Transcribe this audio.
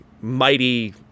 mighty